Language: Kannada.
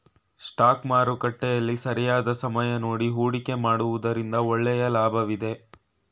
ಸ್ಟಾಕ್ ಮಾರುಕಟ್ಟೆಯಲ್ಲಿ ಸರಿಯಾದ ಸಮಯ ನೋಡಿ ಹೂಡಿಕೆ ಮಾಡುವುದರಿಂದ ಒಳ್ಳೆಯ ಲಾಭವಿದೆ